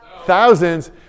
thousands